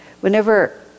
Whenever